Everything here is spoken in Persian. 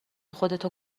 خودتو